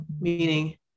meaning